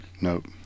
Nope